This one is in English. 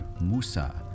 Musa